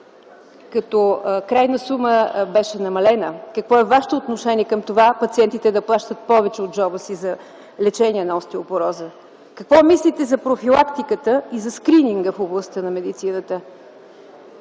като крайна сума беше намалена? Какво е Вашето отношение към това пациентите да плащат повече от джоба си за лечение на остеопороза? Какво мислите за профилактиката и за скрининга в областта на медицината?